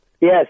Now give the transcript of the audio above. Yes